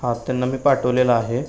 हा त्यांना मी पाठवलेला आहे